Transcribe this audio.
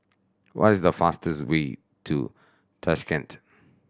what is the fastest way to Tashkent